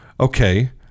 okay